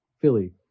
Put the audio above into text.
philly